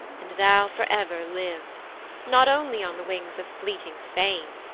and thou for ever live not only on the wings of fleeting fame,